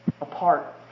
apart